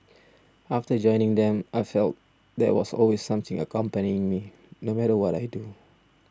after joining them I felt there was always something accompanying me no matter what I do